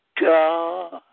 God